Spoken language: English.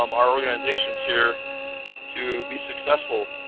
um our organizations here to be successful